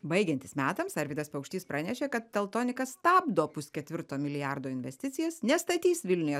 baigiantis metams arvydas paukštys pranešė kad teltonika stabdo pusketvirto milijardo investicijas nestatys vilniuje